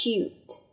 Cute